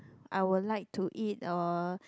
I will like to eat uh